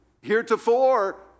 heretofore